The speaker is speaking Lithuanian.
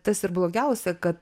tas ir blogiausia kad